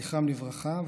זכרם לברכה,